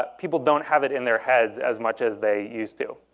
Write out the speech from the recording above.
ah people don't have it in their heads as much as they used to.